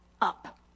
up